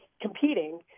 competing